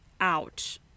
out